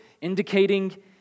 indicating